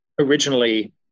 originally